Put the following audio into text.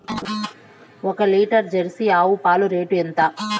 ఒక litre Jersey ఆవు పాలు రేటు ఎంత?